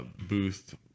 booth